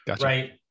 right